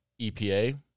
epa